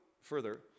further